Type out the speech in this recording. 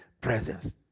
presence